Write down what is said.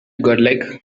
godlike